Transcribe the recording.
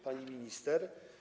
Pani Minister!